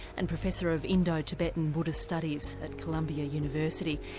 and professor of indo tibetan buddhist studies at columbia university.